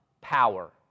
power